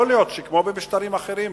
יכול להיות שכמו במשטרים אחרים,